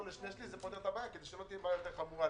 זה פותר את הבעיה כדי שלא תהיה בעיה יותר חמורה,